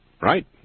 Right